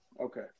okay